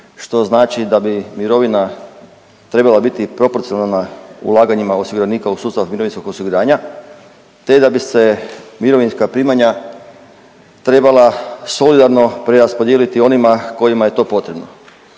što znači da bi mirovina trebala biti proporcionalna ulaganjima osiguranika u sustav mirovinskog osiguranja te da bi se mirovinska primanja trebala solidarno preraspodijeliti onima kojima je to potrebno.